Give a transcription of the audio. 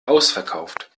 ausverkauft